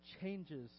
changes